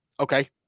Okay